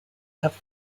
have